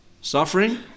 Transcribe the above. suffering